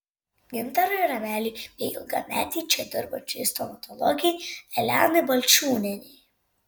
gintarui rameliui bei ilgametei čia dirbančiai stomatologei elenai balčiūnienei